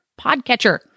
podcatcher